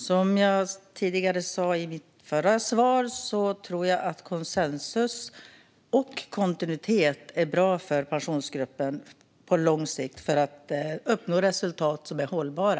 Herr talman! Som jag sa i mitt förra svar tror jag att konsensus och kontinuitet är bra för Pensionsgruppen på lång sikt för att man ska kunna uppnå resultat som är hållbara.